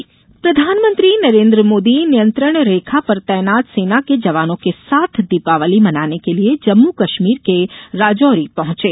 मोदी दीवाली प्रधानमंत्री नरेन्द्र मोदी नियंत्रण रेखा पर तैनात सेना के जवानों के साथ दीपावली मनाने के लिए जम्मू कश्मीर के राजौरी पहंचें